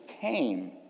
came